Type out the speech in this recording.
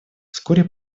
вскоре